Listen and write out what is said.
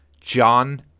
John